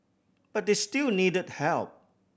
but they still needed help